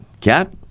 Cat